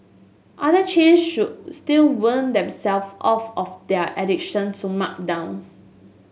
other chains should still wean themself off of their addiction to markdowns